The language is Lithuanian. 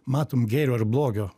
matom gėrio ir blogio